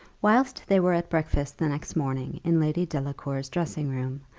whilst they were at breakfast the next morning in lady delacour's dressing-room,